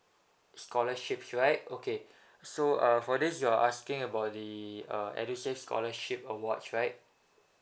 scholarships right okay so uh for this you're asking about the uh edusave scholarship awards right